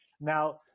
Now